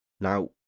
Now